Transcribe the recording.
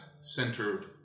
center